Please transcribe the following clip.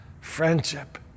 Friendship